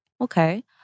Okay